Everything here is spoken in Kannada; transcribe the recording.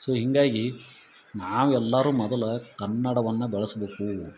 ಸೊ ಹಿಂಗಾಗಿ ನಾವೆಲ್ಲರು ಮೊದಲು ಕನ್ನಡವನ್ನ ಬೆಳೆಸಬೇಕು